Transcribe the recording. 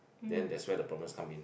then that's where the problems come in